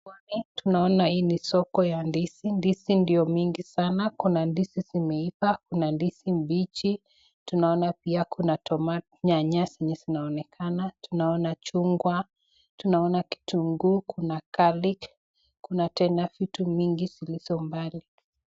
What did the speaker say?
Tunaona hii ni soko ya ndizi, ndizi ndio mingi zana kuna ndizi zimeiva, kuna ndizi mbichi, tunaona pia kuna nyanya zenye zinaonekana, tunaona chungwa, tunaona kitunguu kuna carlic kuna tena vitu mingi ziko mbali.